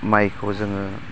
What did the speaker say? माइखौ जोङो